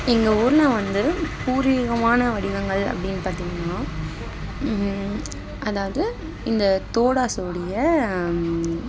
எங்கள் ஊரில் வந்து பூர்வீகமான வடிவங்கள் அப்படின்னு பார்த்தீங்கன்னா அதாவது இந்த தோடாஸ் ஓடிய